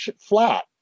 flat